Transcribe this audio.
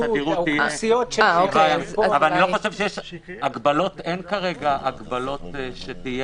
אין כרגע הגבלות.